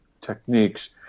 techniques